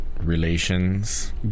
relations